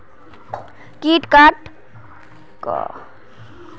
कीट का नियंत्रण कपास पयाकत फेरोमोन?